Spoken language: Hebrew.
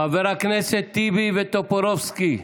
חברי הכנסת טיבי וטופורובסקי,